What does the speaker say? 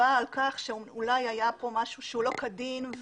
על כך שאולי היה כאן משהו שהוא לא כדין.